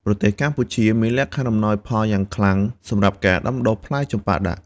ប្រទេសកម្ពុជាមានលក្ខខណ្ឌអំណោយផលយ៉ាងខ្លាំងសម្រាប់ការដាំដុះផ្លែចម្ប៉ាដាក់។